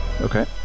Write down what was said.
Okay